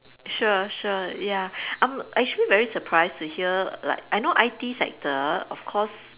sure sure ya I'm actually very surprised to hear like I know I_T sector of course